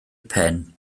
pen